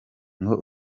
ngo